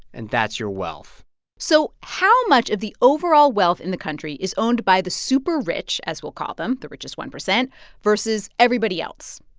and that's your wealth so how much of the overall wealth in the country is owned by the super-rich, as we'll call them the richest one percent versus everybody else?